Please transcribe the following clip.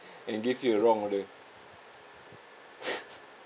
and give you the wrong order